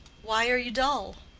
why are you dull?